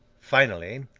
finally,